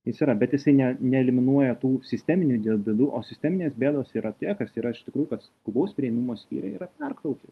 jis yra bet jisai ne neeliminuoja tų sisteminių dėl bėdų o sisteminės bėdos yra tie kas yra iš tikrųjų kad skubaus priėmimo skyriai yra perkrauti